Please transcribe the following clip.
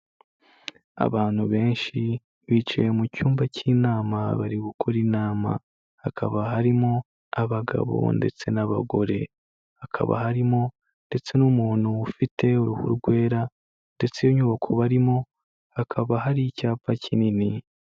Abantu benshi bicaye mu cyumba cy'inama bari gukora inama, hakaba harimo abagabo ndetse n'abagore, hakaba harimo ndetse n'umuntu ufite uruhu rwera ndetse inyubako barimo hakaba hari icyapa kinini.